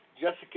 Jessica